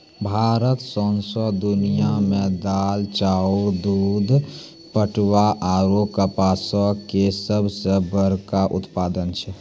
भारत सौंसे दुनिया मे दाल, चाउर, दूध, पटवा आरु कपासो के सभ से बड़का उत्पादक छै